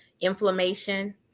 inflammation